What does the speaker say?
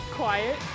quiet